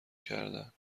کردن